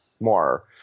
more